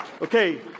Okay